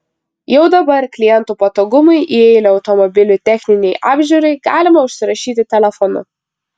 jau dabar klientų patogumui į eilę automobilio techninei apžiūrai galima užsirašyti telefonu